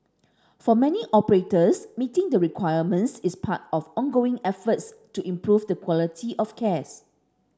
for many operators meeting the requirements is part of ongoing efforts to improve the quality of care